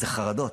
זה חרדות.